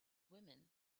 women